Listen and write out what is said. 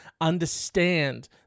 understand